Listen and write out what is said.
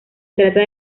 trata